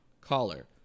caller